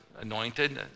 anointed